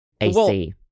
AC